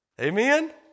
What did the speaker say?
Amen